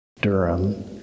Durham